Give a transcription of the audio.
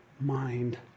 mind